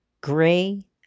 gray